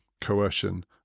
coercion